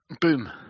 Boom